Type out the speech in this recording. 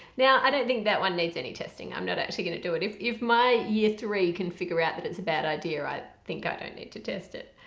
now i don't think that one needs any testing i'm not actually gonna do it if if my year three can figure that it's a bad idea i think i don't need to test it.